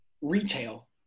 retail